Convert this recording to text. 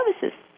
services